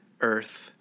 earth